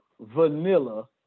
vanilla